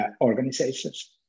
organizations